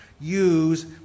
use